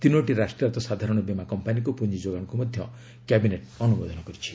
ତିନୋଟି ରାଷ୍ଟ୍ରାୟତ୍ତ ସାଧାରଣ ବୀମା କମ୍ପାନୀକୁ ପୁଞ୍ଜ ଯୋଗାଣକୁ ମଧ୍ୟ କ୍ୟାବିନେଟ୍ ଅନୁମୋଦନ କରିଛି